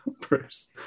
Bruce